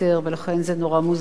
ולכן זה נורא מוזר.